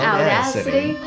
Audacity